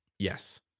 Yes